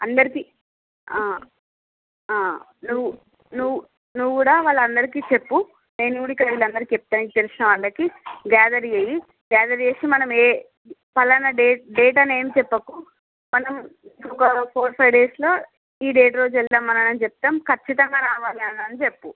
అందరికి నువ్వు నువ్వు నువ్వు కూడా వాళ్లందరికీ చెప్పు నేను కూడా ఇక్కడ అందరికి చెప్తాను ఇది తెలిసిన వాళ్ళకి గ్యాదర్ చెయ్యి గ్యాదర్ చేసి మనం ఏ పలానా డేట్ డేట్ అని ఏం చెప్పకు మనం ఒక ఫోర్ ఫైవ్ డేస్ లో ఈ డేట్ రోజు వెళ్దాం అనని చెప్తాం ఖచ్చితంగా రావాలానని చెప్పు